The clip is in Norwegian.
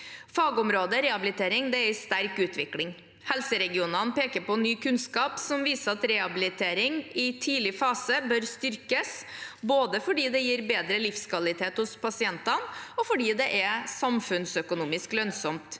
Fagområdet rehabilitering er i sterk utvikling. Helseregionene peker på ny kunnskap som viser at rehabilitering i tidlig fase bør styrkes, både fordi det gir bedre livskvalitet hos pasientene, og fordi det er samfunnsøkonomisk lønnsomt.